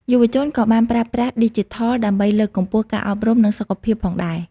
យុវជនក៏បានប្រើប្រាស់ឌីជីថលដើម្បីលើកកម្ពស់ការអប់រំនិងសុខភាពផងដែរ។